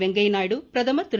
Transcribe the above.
வெங்கையா நாயுடு பிரதமர் திரு